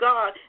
God